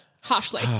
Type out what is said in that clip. harshly